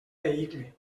vehicle